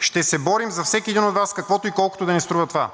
Ще се борим за всеки един от Вас, каквото и колкото да ни струва това,